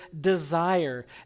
desire